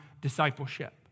discipleship